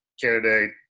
candidate